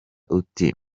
uti